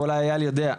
ואולי איל יודע,